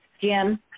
Jim